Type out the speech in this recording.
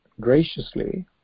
graciously